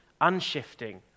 unshifting